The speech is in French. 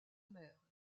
mère